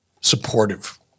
supportive